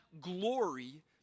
glory